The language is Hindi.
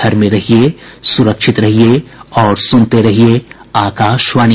घर में रहिये सुरक्षित रहिये और सुनते रहिये आकाशवाणी